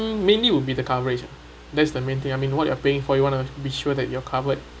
mm mainly will be the coverage ah that's the main thing I mean what you are paying for you want to be sure that you're covered